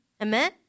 Amen